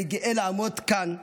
אני גאה לעמוד כאן מולכם,